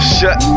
Shut